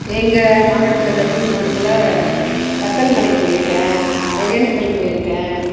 எங்கள் மாவட்டத்தில் தரும்புரி மாவட்டத்தில் வத்தல் மலைக்கு போயிருக்கேன் ஒகேனக்கல் போயிருக்கேன்